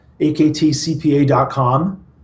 aktcpa.com